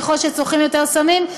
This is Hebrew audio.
ככל שצורכים יותר סמים,